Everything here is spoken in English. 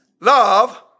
love